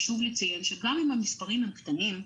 חשוב לציין שגם אם המספרים הם קטנים,